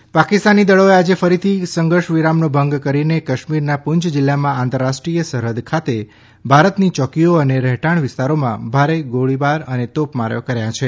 સંઘર્ષ વિરામ પાકિસ્તાની દળોએ આજે ફરીથી સંઘર્ષ વિરામનો ભંગ કરીને કાશ્મીરના પૂંચ જિલ્લામાં આંતરરાષ્ટ્રીય સરહદ ખાતે ભારતની ચોકીઓ અને રહેણાંક વિસ્તારોમાં ભારે ગોળીબાર અને તોપમારો કર્યા હતા